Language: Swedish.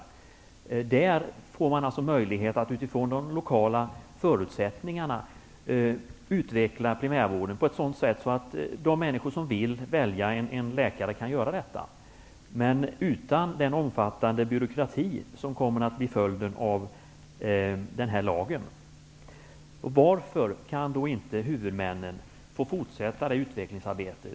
Hos dem får man alltså möjlighet att utifrån lokala förutsättningar utveckla primärvården på ett sådant sätt att de människor som vill välja en läkare kan göra detta, men utan den omfattande byråkrati som kommer att bli följden av denna lag. Varför kan då inte huvudmännen få fortsätta det utvecklingsarbetet?